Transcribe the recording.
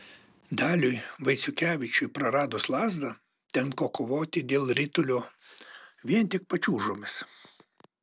daliui vaiciukevičiui praradus lazdą tenka kovoti dėl ritulio vien tik pačiūžomis